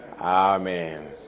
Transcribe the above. Amen